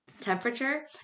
Temperature